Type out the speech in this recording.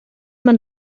man